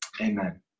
Amen